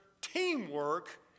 teamwork